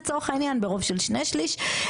לצורך העניין ברוב של שני שליש,